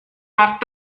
nach